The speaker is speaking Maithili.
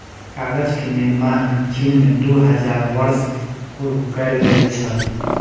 कागज के निर्माण चीन में दू हजार वर्ष पूर्व कएल गेल छल